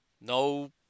No